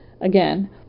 Again